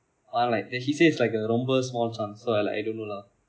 but then like he says is like a ரொம்ப:romba small chance so like I don't know lah